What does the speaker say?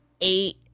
Eight